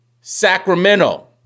Sacramento